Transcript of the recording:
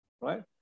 right